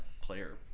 Player